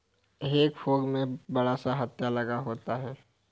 हेई फोक में बड़ा सा हत्था लगा होता है